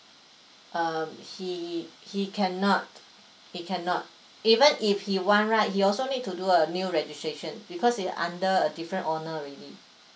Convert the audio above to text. um he he can not he can not even if he want right he also need to do a new registration because it's under a different owner already